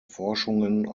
forschungen